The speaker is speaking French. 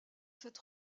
cette